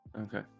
Okay